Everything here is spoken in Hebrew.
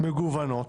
מגוונות